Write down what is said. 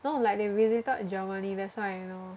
no like they visited Germany that's why I know